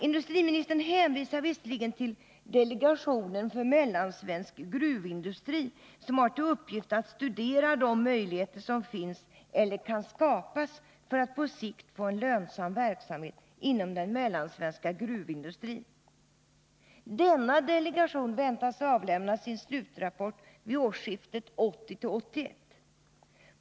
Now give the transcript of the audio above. Industriministern hänvisar till delegationen för mellansvensk gruvindustri, som har till uppgift att studera de möjligheter som finns eller kan skapas för att på sikt få en lönsam verksamhet inom den mellansvenska gruvindustrin. Denna delegation väntas avlämna sin slutrapport vid årsskiftet 1980-1981.